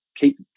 keep